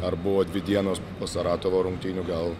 ar buvo dvi dienos po saratovo rungtynių gal